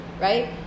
right